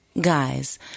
guys